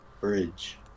Bridge